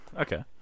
Okay